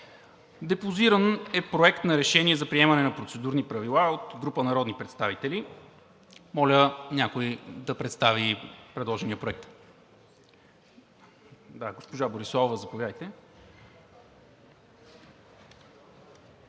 Депозиран е Проект на решение за приемане на Процедурни правила от група народни представители. Моля някой да представи предложения проект. Госпожо Бориславова, заповядайте.